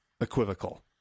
equivocal